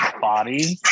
body